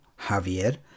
Javier